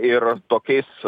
ir tokiais